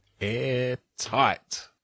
Airtight